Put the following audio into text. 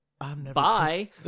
Bye